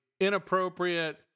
Inappropriate